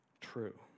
true